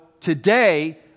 today